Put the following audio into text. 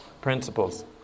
principles